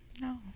no